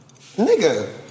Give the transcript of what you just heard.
nigga